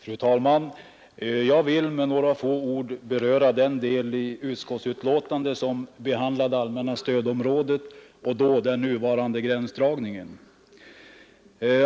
Fru talman! Jag vill med några få ord beröra den del i utskottsbetänkandet som behandlar det allmänna stödområdet och den nuvarande gränsdragningen.